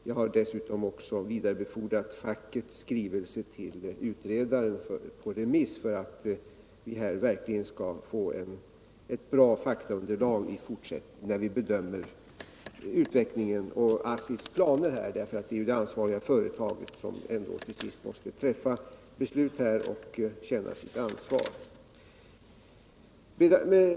Jag har dessutom vidarebefordrat fackets skrivelse till utredaren för yttrande så att vi här verkligen skall få ett bra faktaunderlag i fortsättningen när vi bedömer utvecklingen och ASSI:s planer. Det är ju det ansvariga företaget som ändå till sist måste fatta beslut och känna sitt ansvar.